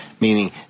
meaning